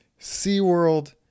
SeaWorld